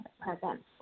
present